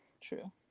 true